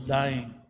dying